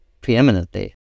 preeminently